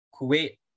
Kuwait